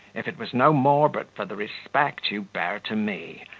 if it was no more but for the respect you bear to me,